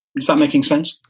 is that making sense?